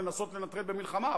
לנסות לנטרל במלחמה,